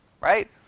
right